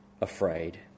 afraid